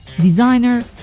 designer